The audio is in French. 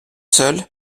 seuls